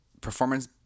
performance